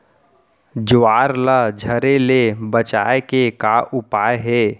ज्वार ला झरे ले बचाए के का उपाय हे?